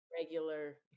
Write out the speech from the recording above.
regular